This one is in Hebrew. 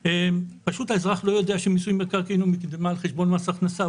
פשוט האזרח לא יודע שמיסוי מקרקעין הוא מקדמה על חשבון מס הכנסה.